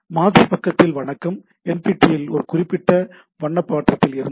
மாதிரி பக்கதில் வணக்கம் NPTELலில் ஒரு பிரிவில் குறிப்பிட்ட வண்ண மாற்றத்தில் இருந்தது